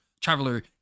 traveler